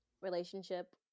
relationship